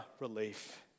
Relief